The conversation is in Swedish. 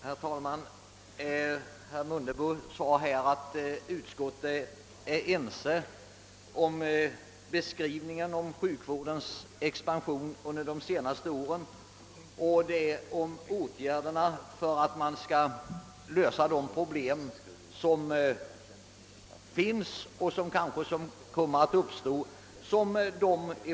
Herr talman! Herr Mundebo sade att utskottet är enigt i fråga om beskrivningen av sjukvårdens expansion under de senaste åren och om åtgärderna när det gäller att lösa de problem som finns och som kanske kommer att uppstå.